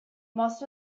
most